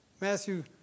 Matthew